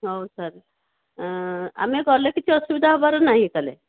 ହଉ ସାର୍ ଆମେ ଗଲେ କିଛି ଅସୁବିଧା ହେବାର ନାହିଁ ତା'ହେଲେ